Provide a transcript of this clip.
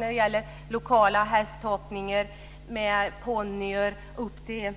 När det gäller lokala hästhoppningar med ponnyhästar och svårighetsgrad upp till